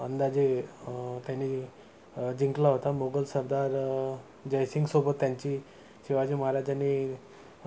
अंदाजे त्यानी जिंकला होता मुघल सरदार जयसिंगसोबत त्यांची शिवाजी महाराजांनी